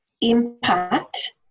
impact